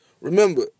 Remember